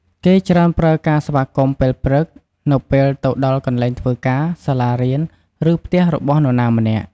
គេច្រើនប្រើការស្វាគមន៍ពេលព្រឹក នៅពេលទៅដល់កន្លែងធ្វើការ សាលារៀន ឬផ្ទះរបស់នរណាម្នាក់។